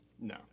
No